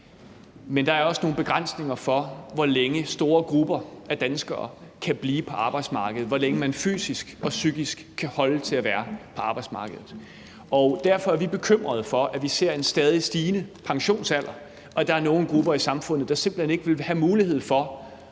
men der er også nogle begrænsninger for, hvor længe store grupper af danskere kan blive på arbejdsmarkedet, altså hvor længe man fysisk og psykisk kan holde til at være på arbejdsmarkedet. Og derfor er vi bekymret for, at vi ser en stadig stigende pensionsalder, og at der er nogle grupper i samfundet, der simpelt hen ikke vil have mulighed for